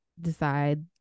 decide